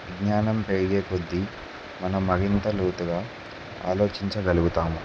జ్ఞానం పెరిగే కొద్ది మనం మరింత లోతుగా ఆలోచించగలుగుతాము